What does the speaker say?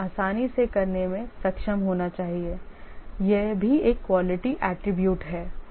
हमें आसानी से करने में सक्षम होना चाहिए यह भी एक क्वालिटी एट्रिब्यूट है